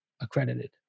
accredited